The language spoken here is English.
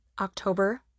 October